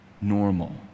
normal